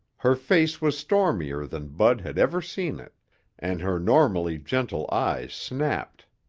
her face was stormier than bud had ever seen it and her normally gentle eyes snapped.